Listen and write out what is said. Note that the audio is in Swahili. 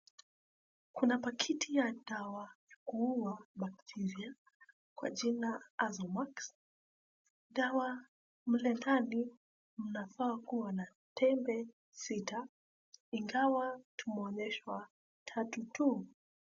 Kuna pakiti ya dawa, huua bacteria kwa jina Azomax. Dawa, mle ndani mnafaa kuwa na tembe sita, ingawa tumeonyeshwa tatu tu.